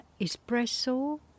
espresso